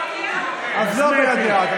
אז לא יד ביד.